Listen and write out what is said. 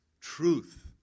truth